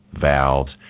valves